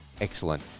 Excellent